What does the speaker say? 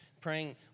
praying